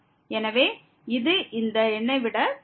எனவே இது இந்த எண்ணை விட பெரியது